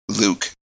Luke